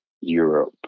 Europe